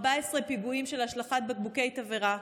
14 פיגועים של השלכת בקבוקי תבערה,